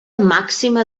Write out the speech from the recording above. màxima